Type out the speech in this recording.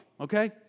okay